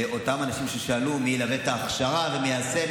לאותם אנשים ששאלו מי ילווה את ההכשרה ומי יעשה,